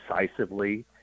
decisively